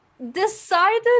decided